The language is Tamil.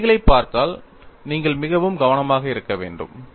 இந்த படிகளைப் பார்ப்பதில் நீங்கள் மிகவும் கவனமாக இருக்க வேண்டும்